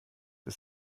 ist